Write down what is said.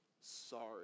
sorry